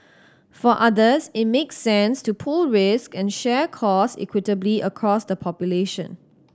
for others it makes sense to pool risk and share cost equitably across the population